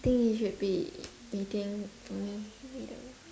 think you should be waiting for me later